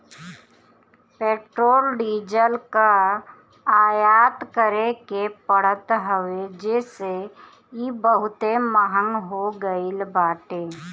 petrol diesel कअ आयात करे के पड़त हवे जेसे इ बहुते महंग हो गईल बाटे